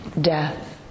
death